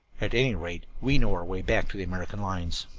at any rate, we know our way back to the american lines.